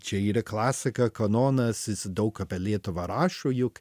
čia yra klasika kanonas jis daug apie lietuvą rašo juk